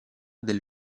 del